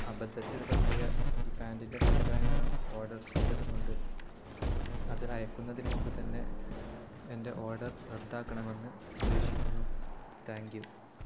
അബദ്ധത്തിൽ പറ്റിയ ഈ പാൻറിൻ്റെ തെറ്റായ നിറം ഓർഡർ ചെയ്തതുകൊണ്ട് അത് അയയ്ക്കുന്നതിനു മുമ്പു തന്നെ എൻ്റെ ഓർഡർ റദ്ദാക്കണമെന്ന് അപേക്ഷിക്കുന്നു താങ്ക്യൂ